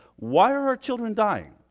why are our children dying?